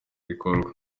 gikorwa